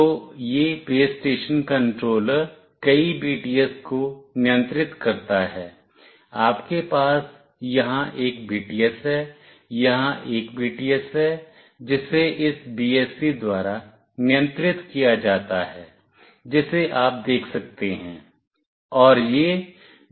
तो यह base station controller कई BTS को नियंत्रित करता है आपके पास यहां एक BTS है यहां एक BTS है जिसे इस BSC द्वारा नियंत्रित किया जाता है जिसे आप देख सकते हैं